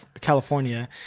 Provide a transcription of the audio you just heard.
California